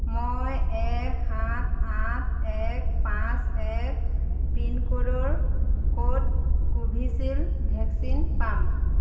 মই এক সাত আঠ এক পাঁচ এক পিনক'ডৰ ক'ত কোভিচিল্ড ভেকচিন পাম